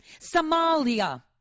Somalia